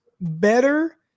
better